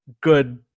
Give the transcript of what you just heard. good